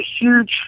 huge